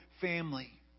family